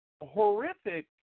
horrific